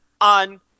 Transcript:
on